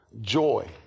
joy